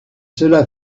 cela